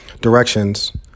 directions